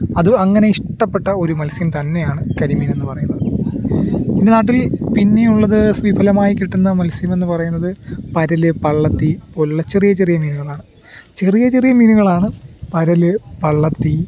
അത് അങ്ങനെ ഇഷ്ടപ്പെട്ട ഒരു മത്സ്യം തന്നെയാണ് കരിമീൻ എന്നു പറയുന്നത് എൻ്റെ നാട്ടിൽ പിന്നെ ഉള്ളത് സുലഭമായി കിട്ടുന്ന മത്സ്യം എന്നു പറയുന്നത് പരൽ പള്ളത്തി പോലെയുള്ള ചെറിയ ചെറിയ മീനുകളാണ് ചെറിയ ചെറിയ മീനുകളാണ് പരൽ പള്ളത്തി